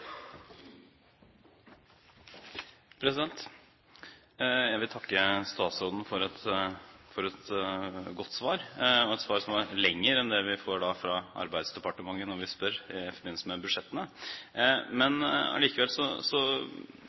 svar som var lengre enn det vi får fra Arbeidsdepartementet når vi spør om noe i forbindelse med budsjettene.